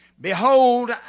Behold